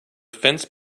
fence